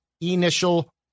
initial